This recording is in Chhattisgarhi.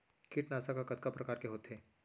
कीटनाशक ह कतका प्रकार के होथे?